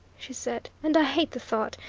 she said, and i hate the thought,